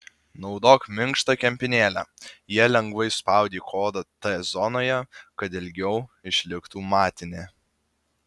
naudok minkštą kempinėlę ja lengvai spaudyk odą t zonoje kad ilgiau išliktų matinė